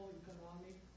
economic